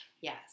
Yes